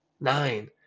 Nine